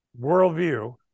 worldview